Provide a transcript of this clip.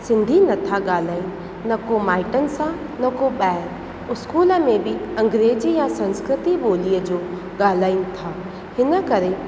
सिंधी नथा ॻाल्हाइनि न को माइटनि सां न को ॿाहिरि स्कूल में बि अंग्रेजी या संस्कृती ॿोलीअ जो ॻाल्हाइनि था हिन करे